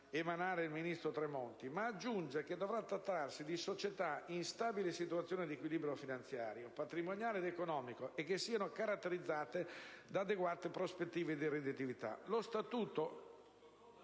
adottare il Ministro Tremonti; ma aggiunge che dovrà trattarsi di società «in stabile situazione di equilibrio finanziario, patrimoniale ed economico» e che «siano caratterizzate da adeguate prospettive di redditività».